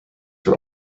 were